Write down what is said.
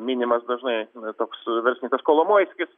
minimas dažnai toks verslininkas kolomoiskis